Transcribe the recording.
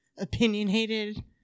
opinionated